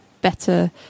better